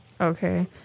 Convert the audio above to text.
Okay